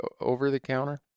over-the-counter